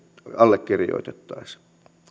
allekirjoitettaisi